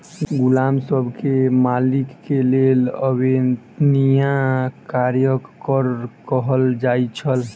गुलाम सब के मालिक के लेल अवेत्निया कार्यक कर कहल जाइ छल